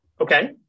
Okay